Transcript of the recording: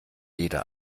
jede